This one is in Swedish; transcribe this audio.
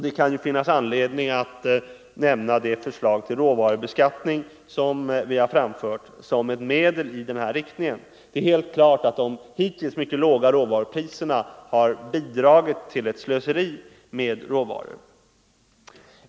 Det kan finnas anledning att nämna det förslag till råvarubeskattning som vi från centerpartiet framfört som ett medel i den riktningen. Det är helt klart att de hittills låga råvarupriserna har bidragit till ett slöseri med råvaror.